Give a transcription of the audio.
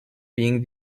being